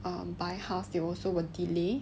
um buy house they also were delay